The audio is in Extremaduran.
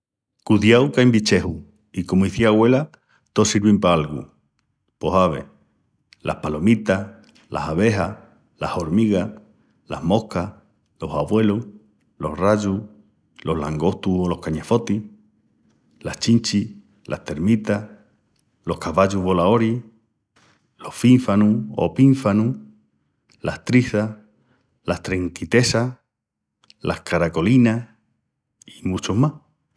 Cudiau qu'ain bichejus i, comu izía agüela, tós sirvin pa algu. Pos, ave, las palomitas, las abexas, las hormigas, las moscas, los avuelus, los rallus, los langostus, las chinchis, las termitas, los cavallus-volaoris, los fínfanus, las triças, las tranquitesas, las caracolinas,...